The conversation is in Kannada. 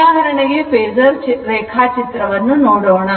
ಉದಾಹರಣೆಗೆ ಫೇಸರ್ ರೇಖಾಚಿತ್ರವನ್ನು ನೋಡೋಣ